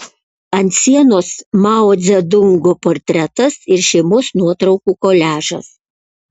ant sienos mao dzedungo portretas ir šeimos nuotraukų koliažas